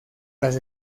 las